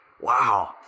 wow